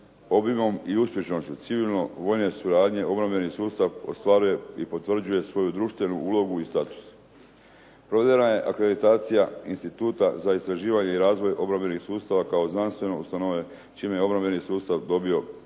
Obimom i uspješnošću civilno vojne suradnje obrambeni sustav ostvaruje i potvrđuje svoju društvenu ulogu i status. Provedena je akreditacija Instituta za istraživanje i razvoj obrambenih sustava kao znanstveno ustanovljen čime je obrambeni sustav dobio ustrojenu